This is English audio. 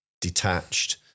detached